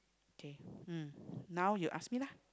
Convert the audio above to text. okay um now you ask me lah